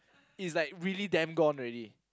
it's like really damn gone already